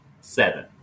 seven